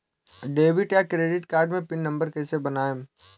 Debit या credit card मे pin number कैसे बनाएम?